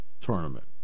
tournament